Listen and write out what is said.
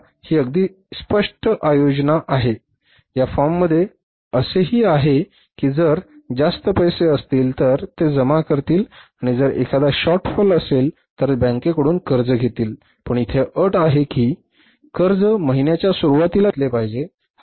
तर आता ही अगदी स्पष्ट आयोजना आहे या फॉर्ममध्ये असेही आहे की जर जास्त पैसे असतील तर ते जमा करतील आणि जर एखादा शॉट फॉल असेल तर ते बँकेकडून कर्ज घेतील पण इथे अट आहे की कर्ज महिन्याच्या सुरुवातीला घेतले पाहिजे